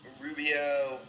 Rubio